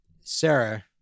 Sarah